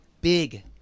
big